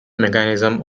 mechanism